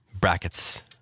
brackets